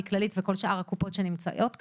כללית וכל שאר הקופות שנמצאות כאן,